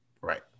Right